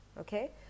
Okay